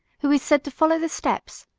who is said to follow the steps,